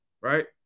right